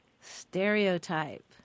Stereotype